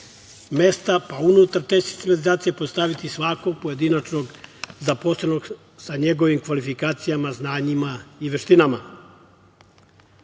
mesta, pa unutar te sistematizacije postaviti svakog pojedinog zaposlenog, sa njegovim kvalifikacijama, znanjima i veštinama. Koliko